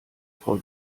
frau